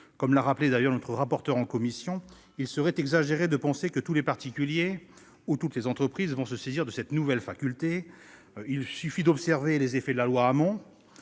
Comme l'a rappelé notre rapporteur en commission, il serait exagéré de penser que tous les particuliers et toutes les entreprises vont se saisir de cette nouvelle faculté. Il suffit d'observer les effets de la loi Hamon